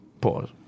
Pause